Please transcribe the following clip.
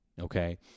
okay